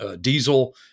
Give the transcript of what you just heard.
diesel